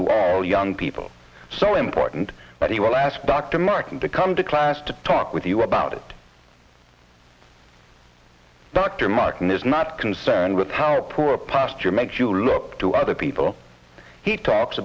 to all young people so important but he will ask dr martin to come to class to talk with you about it dr martin is not concerned with our poor posture makes you look to other people he talks